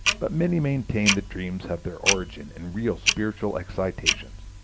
but many maintain that dreams have their origin in real spiritual excitations,